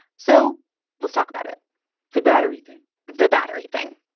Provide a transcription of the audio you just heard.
so let's talk about it the battery thing the battery thing.